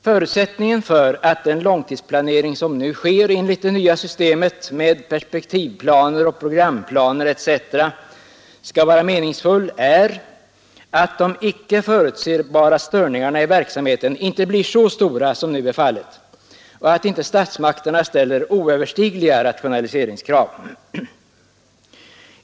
Förutsättningen för att den långtidsplanering som nu sker enligt det nya systemet med perspektivplaner och programplaner etc. skall vara meningsfull är att de icke förutsebara störningarna i verksamheten inte blir så stora som nu är fallet och att inte statsmakterna ställer oöverstigliga rationaliseringskrav.